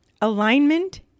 alignment